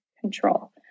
control